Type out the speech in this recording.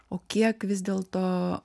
o kiek vis dėl to